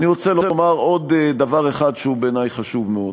אני רוצה לומר עוד דבר אחד שבעיני הוא חשוב מאוד.